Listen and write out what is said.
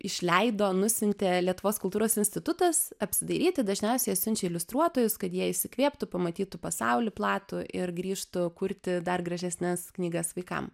išleido nusiuntė lietuvos kultūros institutas apsidairyti dažniausiai jie siunčia iliustruotojus kad jie įsikvėptų pamatytų pasaulį platų ir grįžtų kurti dar gražesnes knygas vaikam